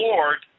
Lord